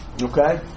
Okay